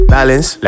Balance